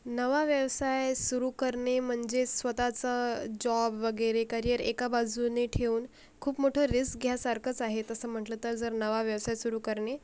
नवा व्यवसाय सुरू करणे म्हणजे स्वतःचा जॉब वगैरे करियर एका बाजूने ठेऊन खूप मोठं रिस्क घ्यायसारखंच आहे तसं म्हटलं तर नवा व्यवसाय सुरू करणे